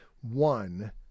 one